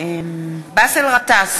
באסל גטאס,